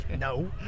No